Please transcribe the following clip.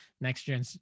next-gen